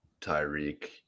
Tyreek